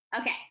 Okay